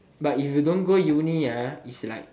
but if you don't go uni ah it's like